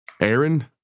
Aaron